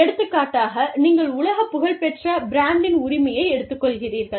எடுத்துக்காட்டாக நீங்கள் உலகப் புகழ்பெற்ற பிராண்டின் உரிமையை எடுத்துக்கொள்கிறீர்கள்